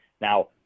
Now